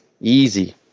Easy